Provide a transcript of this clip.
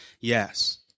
yes